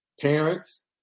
parents